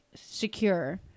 secure